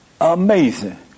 Amazing